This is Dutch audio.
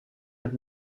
met